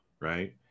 right